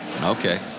okay